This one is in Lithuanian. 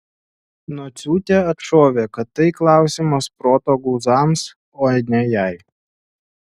nociūtė atšovė kad tai klausimas proto guzams o ne jai